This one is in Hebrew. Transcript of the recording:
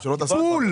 בול.